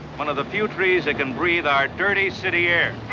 one of the few trees that can breathe our dirty city air.